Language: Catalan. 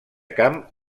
camp